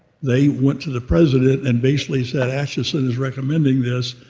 they went to the president and basically said, acheson is recommending this,